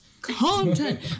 content